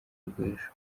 rw’ejo